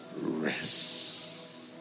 rest